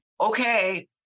Okay